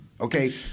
okay